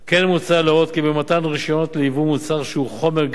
כן מוצע להורות כי במתן רשיונות לייבוא מוצר שהוא חומר גלם